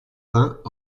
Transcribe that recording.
vingt